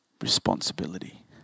responsibility